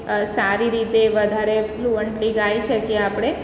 સારી રીતે વધારે ફ્લુઅંટલી ગાઈ શકીએ આપણે